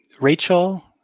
Rachel